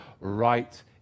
right